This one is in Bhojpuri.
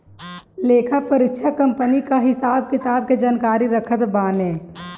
लेखापरीक्षक कंपनी कअ हिसाब किताब के जानकारी रखत बाने